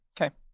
Okay